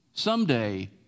Someday